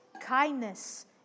kindness